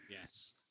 Yes